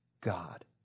God